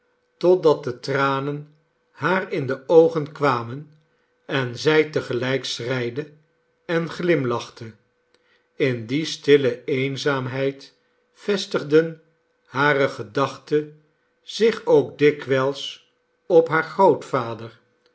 totdat de tranen haar in de oogen kwamen en zij te gelijk schreide en glimlachte in die stille eenzaamheid vestigden hare gedachten zich ook dikwijls op haar grootvader